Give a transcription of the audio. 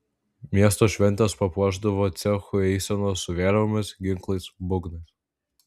miesto šventes papuošdavo cechų eisenos su vėliavomis ginklais būgnais